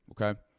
Okay